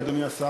אדוני השר,